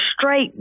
straight